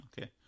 Okay